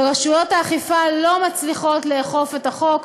ורשויות האכיפה לא מצליחות לאכוף את החוק.